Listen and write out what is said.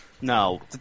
No